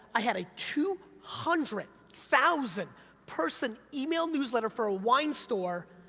i had a two hundred thousand person email newsletter for a wine store,